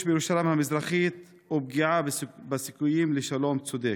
בירושלים המזרחית ופגיעה בסיכויים לשלום צודק?